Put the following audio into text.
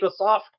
Microsoft